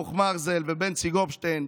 ברוך מרזל ובנצי גופשטיין,